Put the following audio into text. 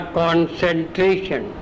concentration